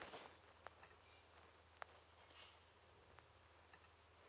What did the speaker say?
uh